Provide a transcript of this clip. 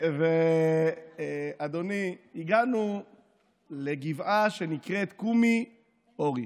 ואדוני, הגענו לגבעה שנקראת קומי אורי.